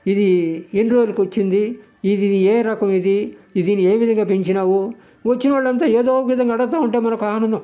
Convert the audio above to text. ఇది ఎన్నిరోజులకొచ్చింది ఇది ఏ రకం ఇది దీన్ని ఏ విధంగా పెంచినావు వచ్చినోళ్లంతా ఏదోకవిధంగా అడగతావుంటే మనకొక ఆనందం